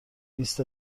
لیست